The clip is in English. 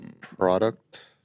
product